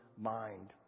Mind